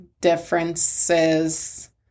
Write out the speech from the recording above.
differences